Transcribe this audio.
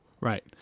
Right